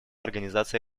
организации